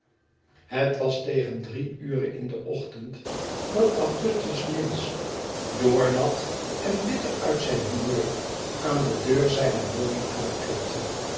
het was tegen drie ure in den ochtend dat augustus minns doornat en bitter uit zijn humeur aan de deur zijner woning aanklopte